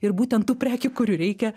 ir būtent tų prekių kurių reikia